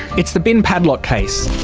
it's the bin padlock case.